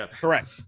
Correct